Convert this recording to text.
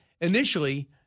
initially